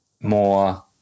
more